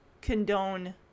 condone